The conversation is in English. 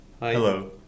Hello